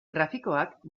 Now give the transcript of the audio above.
grafikoak